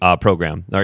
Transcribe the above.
program